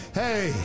hey